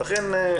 אלה הדברים.